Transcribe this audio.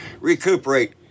recuperate